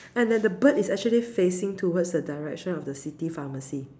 and like the bird is actually facing towards the direction of the city pharmacy